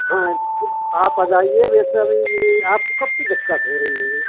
हाँ कि आप आ जाइए वेसे अभी भी आपको कब से दिक्कत हो रही है ये